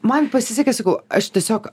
man pasisekė sakau aš tiesiog